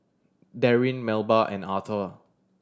Derwin Melba and Authur